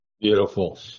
beautiful